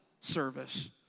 service